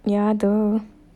near !duh!